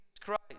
Christ